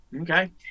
okay